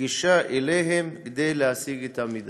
גישה אליהם כדי להשיג את המידע.